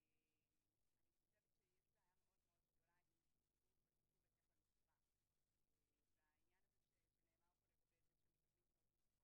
אני חייבת להגיד שאני מעריכה את הפועל שלו לגבי עובדי ניקיון,